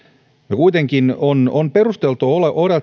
no kuitenkin on on perusteltua